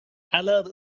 الان